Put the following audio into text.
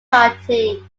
party